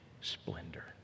splendor